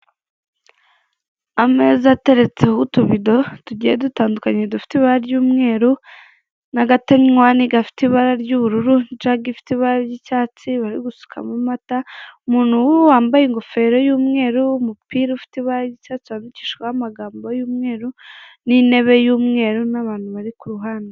Ameza ateretseho utuvido tugiye dutandukanye dufite ibara ry'umweru n'agatenywani gafite ibara ry'ubururu, ijage ifite ibara ry'icyatsi bari gusukamo amata. Umuntu wambaye ingofero y'umweru, umupira ufite ibara ry'icyatsi wandikishijweho amagambo y'umweru n'intebe y'umweru n'abantu bari ku ruhande.